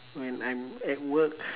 when I'm at work